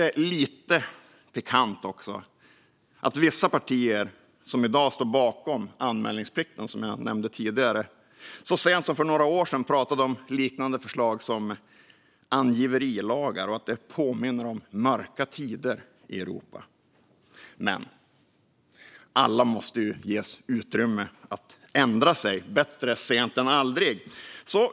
Det är lite pikant att vissa partier som i dag står bakom anmälningsplikten som jag nämnde tidigare så sent som för några år sedan pratade om liknande förslag som angiverilagar och att det skulle påminna om mörka tider i Europa. Men alla måste ges utrymme att ändra sig - bättre sent än aldrig.